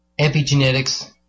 epigenetics